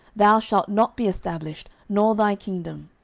thou shalt not be established, nor thy kingdom.